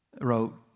wrote